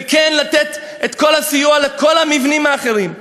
וכן לתת את כל הסיוע לכל המבנים האחרים.